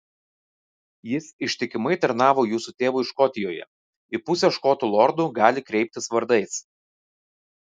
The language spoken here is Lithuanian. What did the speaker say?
jis ištikimai tarnavo jūsų tėvui škotijoje į pusę škotų lordų gali kreiptis vardais